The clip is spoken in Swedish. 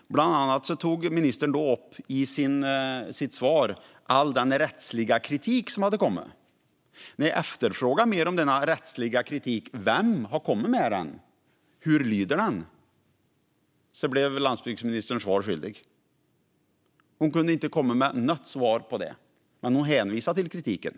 I sitt svar tog ministern upp all den rättsliga kritik som hade kommit, men när jag frågade vem som kommit med den och hur den löd blev ministern svaret skyldig. Hon kunde inte svara på det trots att hon hänvisade till kritiken.